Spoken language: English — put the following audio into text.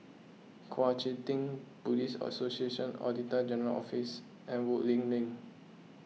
Kuang Chee Tng Buddhist Association Auditor General's Office and Woodleigh Link